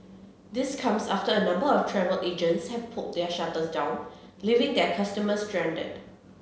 this comes after a number of travel agents have pulled their shutters down leaving their customers stranded